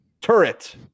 Turret